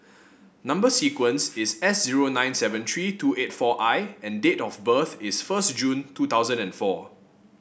number sequence is S zero nine seven three two eight four I and date of birth is first June two thousand and four